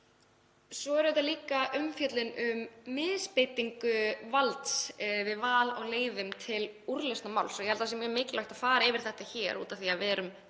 Svo er líka umfjöllun um misbeitingu valds við val á leiðum til úrlausnar máls. Ég held það sé mjög mikilvægt að fara yfir þetta af því að við erum